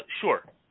Sure